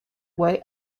way